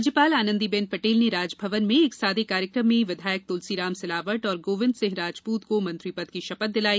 राज्यपाल आंनदीबेन पटेल ने राजभवन में एक सादे कार्यक्रम में विधायक तुलसीराम सिलावट और गोविंद सिंह राजपूत को मंत्री पद की शपथ दिलाई